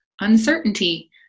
uncertainty